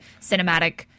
cinematic